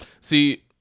See